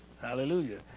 hallelujah